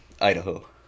Idaho